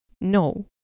No